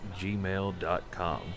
gmail.com